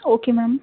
okay ma'am